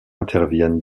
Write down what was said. interviennent